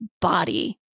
body